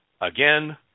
again